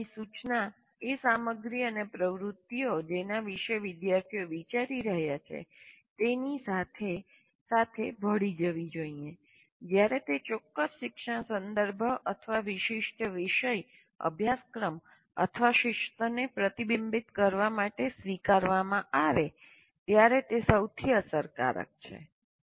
જ્ઞાનની સૂચના એ સામગ્રી અને પ્રવૃત્તિઓ જેના વિશે વિદ્યાર્થીઓ વિચારી રહ્યા છે તેની સાથે સાથે ભળી જવી થવી જોઈએ જ્યારે તે ચોક્કસ શિક્ષણ સંદર્ભ અથવા વિશિષ્ટ વિષય અભ્યાસક્રમ અથવા શિસ્તને પ્રતિબિંબિત કરવા માટે સ્વીકારવામાં આવે ત્યારે તે સૌથી અસરકારક છે